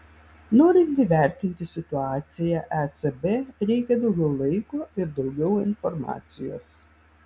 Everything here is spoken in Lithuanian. norint įvertinti situaciją ecb reikia daugiau laiko ir daugiau informacijos